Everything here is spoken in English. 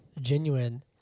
genuine